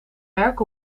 werk